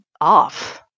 off